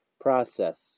process